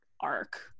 arc